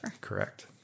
Correct